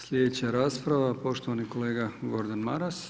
Slijedeća rasprava, poštovani kolega Gordan Maras.